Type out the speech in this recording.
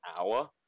hour